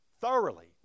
Thoroughly